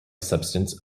substance